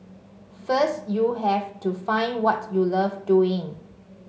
first you have to find what you love doing